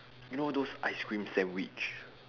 you know those ice cream sandwich